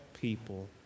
people